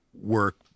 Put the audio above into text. work